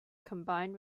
combined